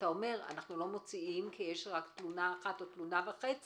אתה אומר: אנחנו לא מוציאים כי יש תלונה או תלונה וחצי,